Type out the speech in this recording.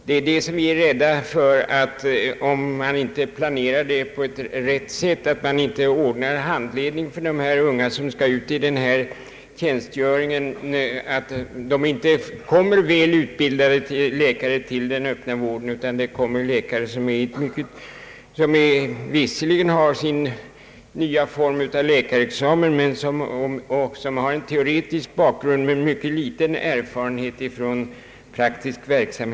Vi är litet rädda för att om man inte planerar utbildningen på riktigt sätt och ordnar handledning för de unga läkare som skall ut i denna tjänstgöring, så får man inte väl utbildade läkare till den öppna vården utan läkare, som visserligen har sin nya form av läkarexamen med en teoretisk bakgrund men som har mycket liten erfarenhet från praktisk verksamhet.